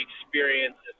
experiences